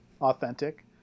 authentic